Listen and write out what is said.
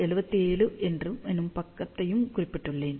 377 என்னும் பக்கத்தையும் குறிப்பிட்டுள்ளேன்